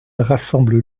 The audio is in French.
rassemble